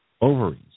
ovaries